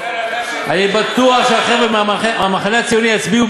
אני בטוח שהחבר'ה מהמחנה הציוני יצביעו